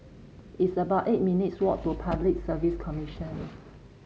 it's about eight minutes walk to Public Service Commission